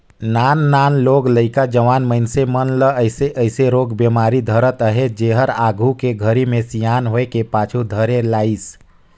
नान नान लोग लइका, जवान मइनसे मन ल अइसे अइसे रोग बेमारी धरत अहे जेहर आघू के घरी मे सियान होये पाछू धरे लाइस